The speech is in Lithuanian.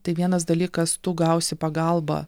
tai vienas dalykas tu gausi pagalbą